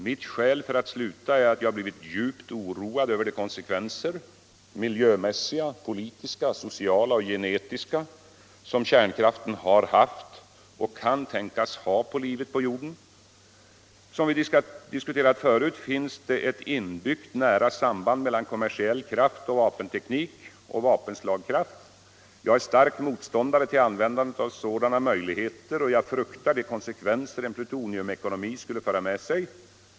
Mitt skäl för att sluta är att jag blivit djupt oroad över de konsekvenser - miljömässiga, politiska, sociala och genetiska — som kärnkraften har haft och kan tänkas ha på livet på jorden. Som vi diskuterat förut finns det ett inbyggt nära samband mellan kommersiell kraft och vapenteknik och vapen-slagkraft. Jag är stark motståndare till användandet av sådana möjligheter och jag fruktar de konsekvenser en plutonium-ekonomi skulle föra med sig.